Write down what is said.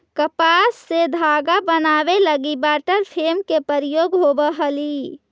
कपास से धागा बनावे लगी वाटर फ्रेम के प्रयोग होवऽ हलई